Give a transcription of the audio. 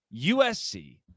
USC